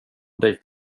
dejt